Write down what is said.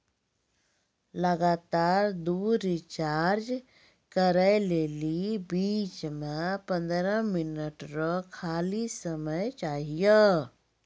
लगातार दु रिचार्ज करै लेली बीच मे पंद्रह मिनट रो खाली समय चाहियो